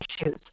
issues